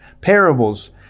parables